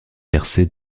percé